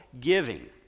giving